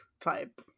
type